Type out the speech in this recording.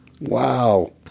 Wow